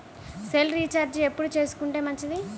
Cell recharge ఎప్పుడు చేసుకొంటే మంచిది?